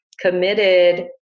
committed